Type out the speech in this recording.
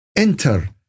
Enter